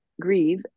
grieve